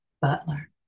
Butler